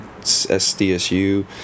SDSU